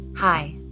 Hi